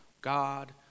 God